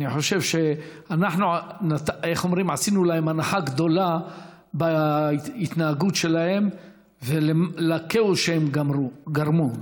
אני חושב שאנחנו עשינו להם הנחה גדולה בהתנהגות שלהם ובכאוס שהם גרמו.